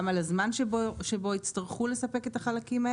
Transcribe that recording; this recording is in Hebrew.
גם על הזמן שבו יצטרכו לספק את החלקים.